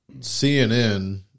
CNN